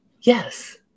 yes